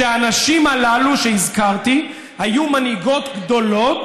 שהנשים הללו שהזכרתי היו מנהיגות גדולות